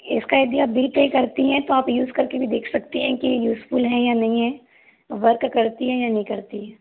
इसका यदि आप बिल पे करती हैं तो आप यूज़ करके भी देख सकती हैं कि यूज़फ़ुल है या नहीं है वर्क करती है या नहीं करती है